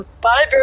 Bye